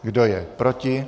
Kdo je proti?